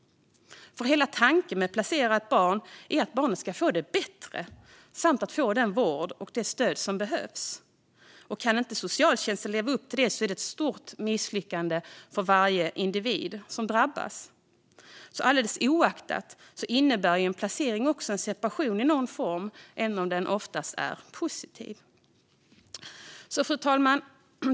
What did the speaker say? Hela tanken med att placera ett barn är ju att barnet ska få det bättre och få den vård och det stöd som behövs. Kan inte socialtjänsten leva upp till detta är det ett stort misslyckande för varje individ som drabbas. I vilket fall som helst innebär en placering en separation i någon form, även om den oftast är positiv. Fru talman!